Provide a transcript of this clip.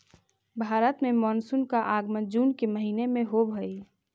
भारत में मानसून का आगमन जून के महीने में होव हई